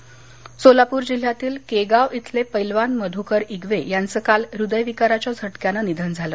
निधन सोलापूर जिल्ह्यातील केगाव खिले पैलवान मध्कर शिवे यांचं काल हदविकाराच्या झटक्याने निधन झाले